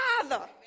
father